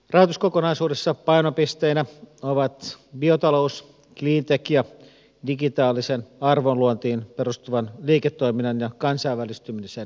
päätös kokonaisuudessa painopisteenä watts ja talous niin tekijä digitaalisen arvonluontiin perustuvan liiketoiminnan ja kansainvälistymisen